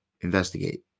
investigate